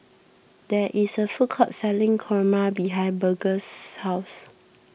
there is a food court selling Kurma behind Burgess' house